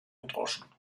gedroschen